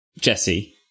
Jesse